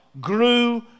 grew